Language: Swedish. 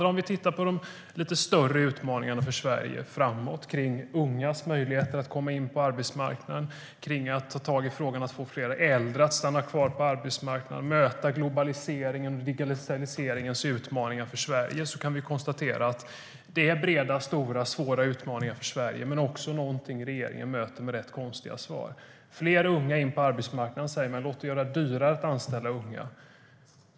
Om vi tittar på de lite större utmaningarna för Sverige framöver handlar det om ungas möjligheter att komma in på arbetsmarknaden, om att få fler äldre att stanna kvar på arbetsmarknaden och om att möta globaliseringens och digitaliseringens utmaningar. Vi kan konstatera att det är breda, stora, svåra utmaningar för Sverige, men det möter regeringen med rätt konstiga svar. Fler unga ska in på arbetsmarknaden, säger man, men det ska bli dyrare att anställa unga.